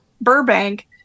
Burbank